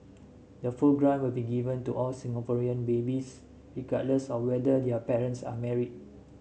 the full grant will be given to all Singaporean babies regardless of whether their parents are married